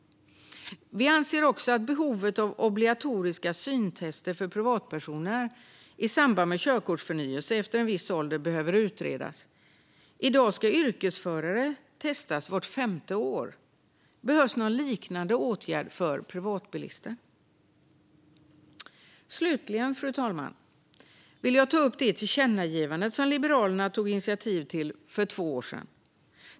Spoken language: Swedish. Vi anser också att behovet av obligatoriska syntester för privatpersoner i samband med körkortsförnyelse efter en viss ålder behöver utredas. I dag ska yrkesförare testas vart femte år. Kanske behövs det någon liknande åtgärd för privatbilister. Fru talman! Slutligen vill jag ta upp det tillkännagivande som Liberalerna tog initiativ till för två år sedan.